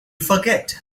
forget